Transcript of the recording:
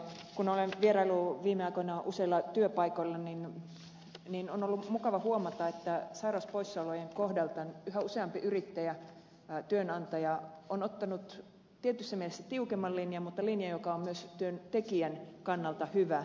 kun olen vieraillut viime aikoina useilla työpaikoilla on ollut mukava huomata että sairauspoissaolojen kohdalta yhä useampi yrittäjä työnantaja on ottanut tietyssä mielessä tiukemman linjan mutta linjan joka on myös työntekijän kannalta hyvä